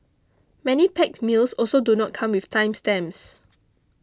many packed meals also do not come with time stamps